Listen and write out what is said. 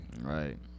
right